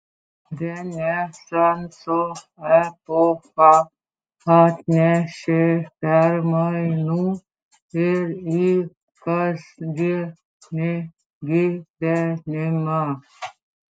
renesanso epocha atnešė permainų ir į kasdienį gyvenimą